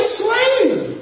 slave